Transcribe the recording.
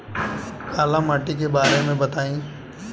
काला माटी के बारे में बताई?